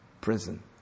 Prison